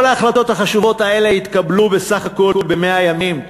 כל ההחלטות החשובות האלה התקבלו ב-100 ימים בסך הכול,